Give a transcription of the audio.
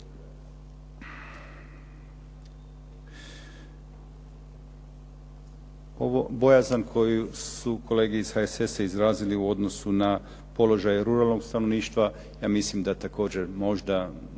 Bojazan su kolege iz HSS-a izrazili u odnosu na položaj ruralnog stanovništva, ja mislim da također možda